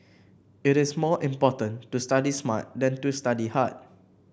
it is more important to study smart than to study hard